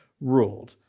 ruled